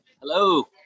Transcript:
Hello